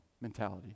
mentality